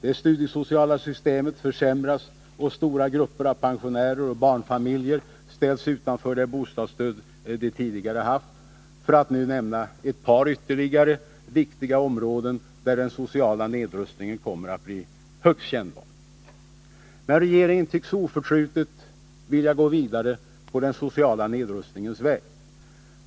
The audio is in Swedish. Det studiesociala systemet försämras och stora grupper av pensionärer och barnfamiljer ställs utanför det bostadsstöd de tidigare haft, för att nu nämna ytterligare ett par viktiga områden där den sociala nedrustningen kommer att bli högst kännbar. Regeringen tycks oförtrutet vilja gå vidare på den sociala nedrustningens väg.